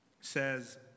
says